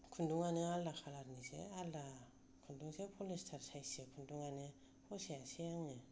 खुन्दुङानो आलादा खालारनिसो आलादा खुन्दुंसो पलिस्तार सायससो खुन्दुङानो फसायासै आङो